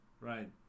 right